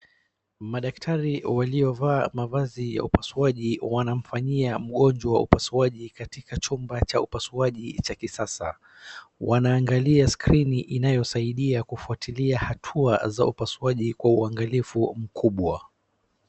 Madaktari waliovaa mmavazi ya upasuaji wanamfanyia mgonjwa upasuaji katika chumba cha upasuaji wa kisasa wanaangalia skrini inayosaidia kufatilia hatua za upasuaji kwa uangalifu mkubwa.